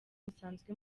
musanzwe